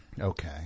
Okay